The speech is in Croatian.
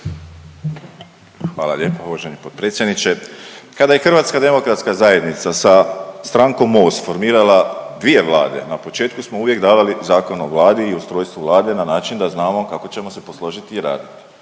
Hvala lijepa uvaženi potpredsjedniče. Kada je Hrvatska demokratske zajednica sa strankom Most formirala dvije Vlade na početku smo uvijek davali Zakon o Vladi i ustrojstvu Vlade na način da znamo kako ćemo se posložiti i raditi.